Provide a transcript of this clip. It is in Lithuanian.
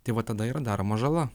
tai vat tada yra daroma žala